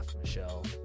Michelle